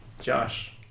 josh